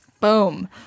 Boom